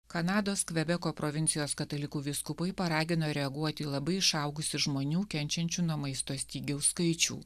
kanados kvebeko provincijos katalikų vyskupai paragino reaguoti į labai išaugusį žmonių kenčiančių nuo maisto stygiaus skaičių